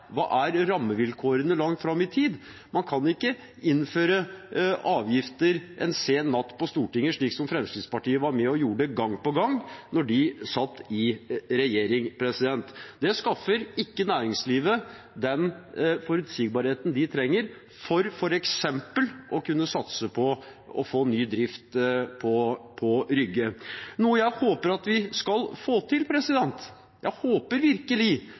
hva som er rammevilkårene langt fram i tid. Man kan ikke innføre avgifter en sen natt på Stortinget, slik som Fremskrittspartiet var med og gjorde gang på gang da de satt i regjering. Det skaffer ikke næringslivet den forutsigbarheten de trenger, for f.eks. å kunne satse på å få ny drift på Rygge – noe jeg håper vi skal få til. Det håper jeg virkelig,